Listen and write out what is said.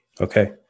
Okay